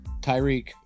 Tyreek